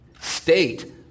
state